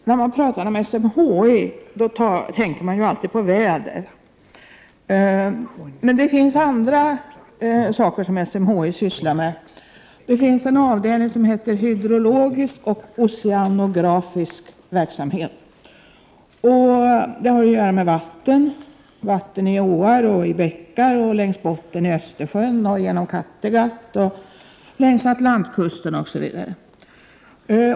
Fru talman! När folk talar om SMHI, tänker man ju alltid på väder, men det finns även andra saker som SMHI sysslar med. Det finns en avdelning som heter hydrologiska och oceanografiska avdelningen. Dess verksamhet har att göra med vatten — i åar och bäckar, längs botten i Östersjön, genom Kattegatt och längs Atlantkusten osv.